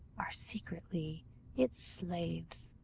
are secretly its slaves.